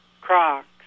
crocs